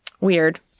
Weird